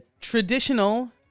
traditional